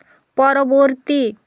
পরবর্তী